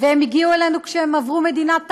והם הגיעו אלינו כשהם עברו מדינת תווך,